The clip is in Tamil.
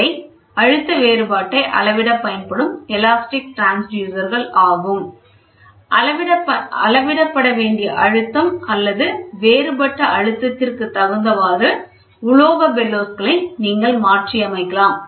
இவை அழுத்தம் வேறுபாட்டை அளவிடப் பயன்படும் எலாஸ்டிக் டிரான்ஸ்யூசர் கள் ஆகும் அளவிடப்பட வேண்டிய அழுத்தம் அல்லது வேறுபட்ட அழுத்தத்திற்கு தகுந்தவாறு உலோகத் பெல்லோஸ் களை நீங்கள் மாற்றியமைக்கலாம்